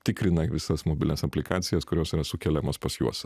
tikrina visas mobilias aplikacijas kurios yra sukeliamos pas juos